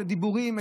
את הדיבורים,